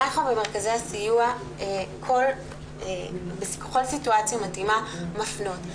אנחנו במרכזי הסיוע בכל סיטואציה מתאימה מפנות.